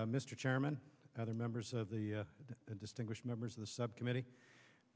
you mr chairman other members of the distinguished members of the subcommittee